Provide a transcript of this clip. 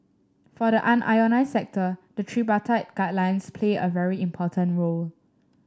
for the unionised sector the tripartite guidelines play a very important role